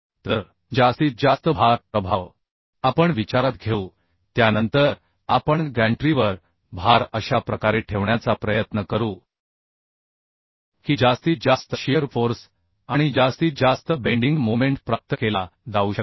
तर जास्तीत जास्त भार प्रभाव आपण विचारात घेऊ त्यानंतर आपण गॅन्ट्रीवर भार अशा प्रकारे ठेवण्याचा प्रयत्न करू की जास्तीत जास्त शिअर फोर्स आणि जास्तीत जास्त बेंडिंग मोमेंट प्राप्त केला जाऊ शकेल